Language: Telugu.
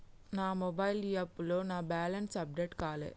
నా మొబైల్ యాప్లో నా బ్యాలెన్స్ అప్డేట్ కాలే